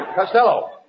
Costello